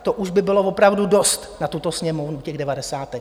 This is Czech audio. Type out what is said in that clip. To už by bylo opravdu dost na tuto Sněmovnu těch devadesátek.